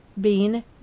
Bean